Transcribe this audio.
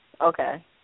Okay